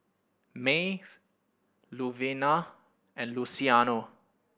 Mae Luvenia and Luciano